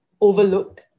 overlooked